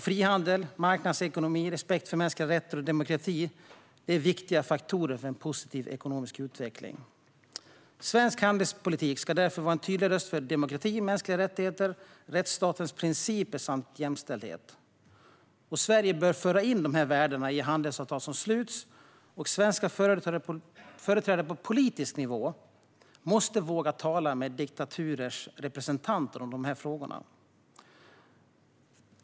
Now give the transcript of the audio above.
Frihandel, marknadsekonomi, respekt för mänskliga rättigheter och demokrati är viktiga faktorer för en positiv ekonomisk utveckling. Svensk handelspolitik ska därför vara en tydlig röst för demokrati, mänskliga rättigheter, rättsstatens principer samt jämställdhet. Sverige bör föra in dessa värden i handelsavtal som sluts, och svenska företrädare på politisk nivå måste våga tala med diktaturers representanter om dessa frågor.